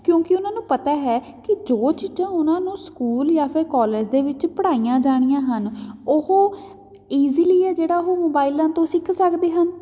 ਕਿਉਂਕਿ ਉਹਨਾਂ ਨੂੰ ਪਤਾ ਹੈ ਕਿ ਜੋ ਚੀਜ਼ਾਂ ਉਹਨਾਂ ਨੂੰ ਸਕੂਲ ਜਾਂ ਫਿਰ ਕੋਲੇਜ ਦੇ ਵਿੱਚ ਪੜ੍ਹਾਈਆਂ ਜਾਣੀਆਂ ਹਨ ਉਹ ਇਜ਼ੀਲੀ ਹੈ ਜਿਹੜਾ ਉਹ ਮੋਬਾਈਲਾਂ ਤੋਂ ਸਿੱਖ ਸਕਦੇ ਹਨ